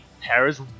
Paris